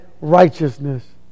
righteousness